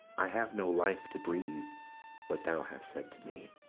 i have no life to breathe what thou hast said to me.